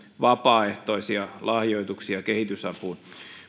vapaaehtoisia lahjoituksia kehitysapuun